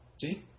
See